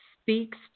speaks